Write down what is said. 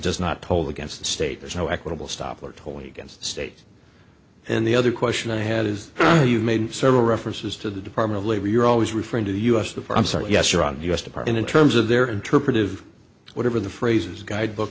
does not told against the state there's no equitable stop or totally against state and the other question i had is you made several references to the department of labor you're always referring to us of i'm sorry yes you're on the u s department in terms of their interpretive whatever the phrases guidebook